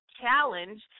Challenge